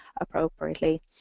appropriately